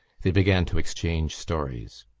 they began to exchange stories.